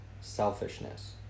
selfishness